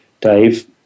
Dave